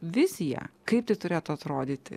viziją kaip tai turėtų atrodyti